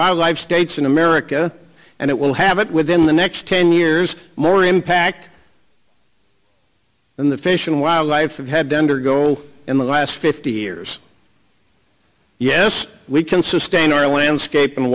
wildlife states in america and it will have it within the next ten years more impact than the fish and wildlife have had to undergo in the last fifty years yes we can sustain our landscap